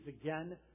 again